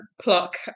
pluck